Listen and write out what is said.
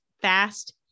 fast